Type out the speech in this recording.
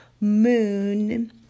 moon